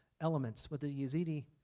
elements with the yazidi